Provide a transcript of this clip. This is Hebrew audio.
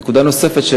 נקודה נוספת,